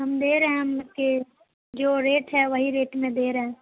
ہم دے رہے ہیں ہم لوگ کے جو ریٹ ہے وہی ریٹ میں دے رہے ہیں